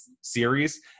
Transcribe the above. series